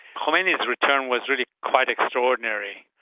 khomeini's return was really quite extraordinary.